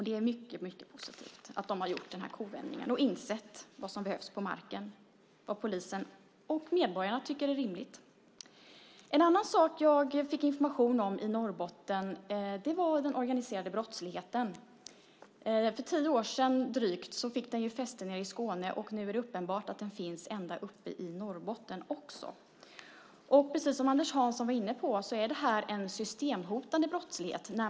Det är mycket positivt att de har gjort den här kovändningen och insett vad som behövs på marken, vad polisen och medborgarna tycker är rimligt. En annan sak jag fick information om i Norrbotten var den organiserade brottsligheten. För drygt tio år sedan fick den fäste i Skåne. Nu är det uppenbart att den också finns ända uppe i Norrbotten. Som Anders Hansson var inne på är detta en systemhotande brottslighet.